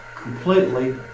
completely